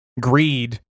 greed